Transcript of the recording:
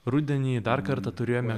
rudenį dar kartą turėjome